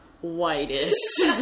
whitest